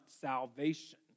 salvation